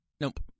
Nope